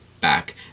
back